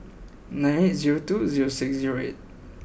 nine eight zero two zero six zero eight